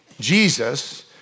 Jesus